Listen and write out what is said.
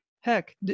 heck